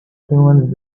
humans